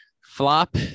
flop